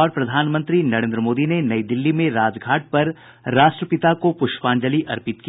और प्रधानमंत्री नरेन्द्र मोदी ने नई दिल्ली में राजघाट पर राष्ट्रपिता को पुष्पांजलि अर्पित की